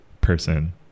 person